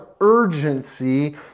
urgency